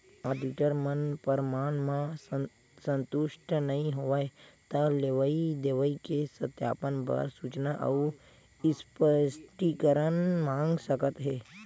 auditor मन परमान म संतुस्ट नइ होवय त लेवई देवई के सत्यापन बर सूचना अउ स्पस्टीकरन मांग सकत हे